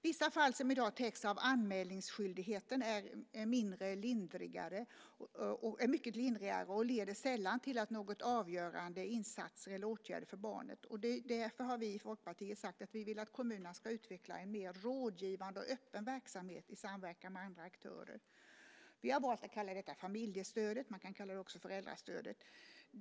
Vissa fall som i dag täcks av anmälningsskyldigheten är mycket lindrigare och leder sällan till några avgörande insatser eller åtgärder för barnet. Därför har vi i Folkpartiet sagt att vi vill att kommunerna ska utveckla en mer rådgivande och öppen verksamhet i samverkan med andra aktörer. Vi har valt att kalla detta för familjestödet. Man kan också kalla det för föräldrastödet.